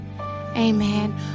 Amen